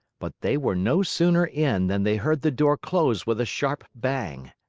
but they were no sooner in than they heard the door close with a sharp bang.